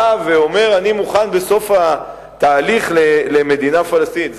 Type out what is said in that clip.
בא ואומר: אני מוכן בסוף התהליך למדינה פלסטינית.